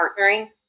partnering